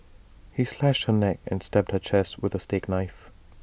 he slashed her neck and stabbed her chest with A steak knife